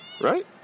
Right